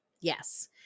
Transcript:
yes